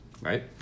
right